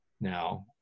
now